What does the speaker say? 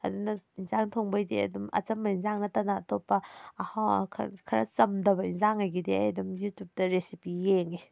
ꯑꯗꯨꯅ ꯏꯟꯖꯥꯡ ꯊꯣꯡꯕꯩꯗꯤ ꯑꯗꯨꯝ ꯑꯆꯝꯕ ꯏꯟꯖꯥꯡ ꯅꯠꯇꯅ ꯑꯇꯣꯞꯄ ꯈꯔ ꯈꯔ ꯆꯝꯗꯕ ꯏꯟꯖꯥꯡꯉꯩꯒꯤꯗꯤ ꯑꯩ ꯑꯗꯨꯝ ꯌꯨꯇꯨꯕꯇ ꯔꯦꯁꯤꯄꯤ ꯌꯦꯡꯉꯦ